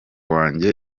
wanjye